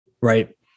right